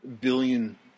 billion